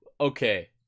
Okay